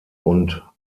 und